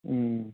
ꯎꯝ